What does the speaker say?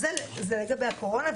זה לגבי הקורונה,